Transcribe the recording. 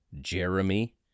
Jeremy